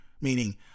meaning